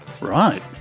Right